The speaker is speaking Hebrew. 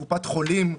קופת חולים,